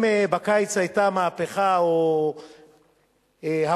אם בקיץ היתה מהפכה או המולה